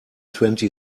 twenty